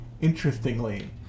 interestingly